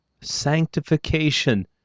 sanctification